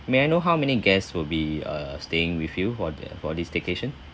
may I know how many guests will be uh staying with you for the for this staycation